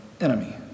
enemy